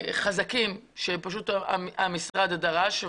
חזקים שהמשרד דרש.